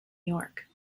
york